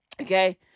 okay